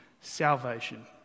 salvation